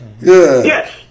Yes